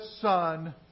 Son